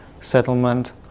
settlement